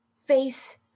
face